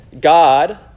God